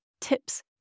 tips